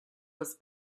was